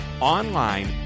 online